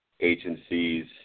agencies